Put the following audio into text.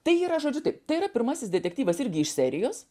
tai yra žodžiu taip tai yra pirmasis detektyvas irgi iš serijos